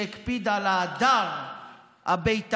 שהקפיד על ההדר הבית"רי,